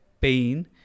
pain